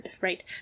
right